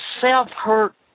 self-hurt